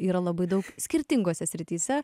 yra labai daug skirtingose srityse